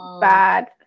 bad